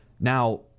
Now